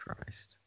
Christ